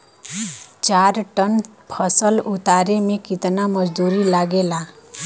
चार टन फसल उतारे में कितना मजदूरी लागेला?